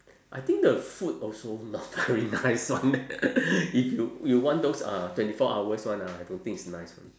I think the food also not very nice [one] if you you want those uh twenty four hours [one] ah I don't think it's nice [one]